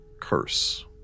curse